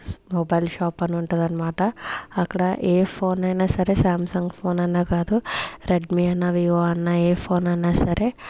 స mobile shop అని ఉంటాదన్మాట అక్కడ ఏ ఫోనైనా సరే శామ్సంగ్ ఫోననే కాదు రెడ్మీ అన్న వీవో అన్న ఏ ఫోన్ అన్నా సరే